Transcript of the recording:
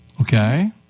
Okay